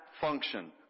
function